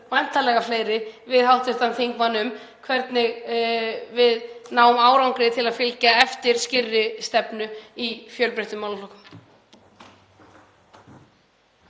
væntanlega fleiri samtöl við hv. þingmann um hvernig við náum árangri í að fylgja eftir skýrri stefnu í fjölbreyttum málaflokkum.